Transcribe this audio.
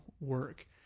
work